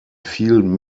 vielen